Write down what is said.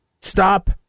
Stop